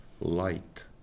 light